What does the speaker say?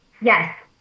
Yes